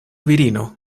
virino